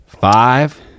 five